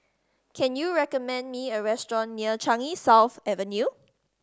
can you recommend me a restaurant near Changi South Avenue